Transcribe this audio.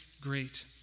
great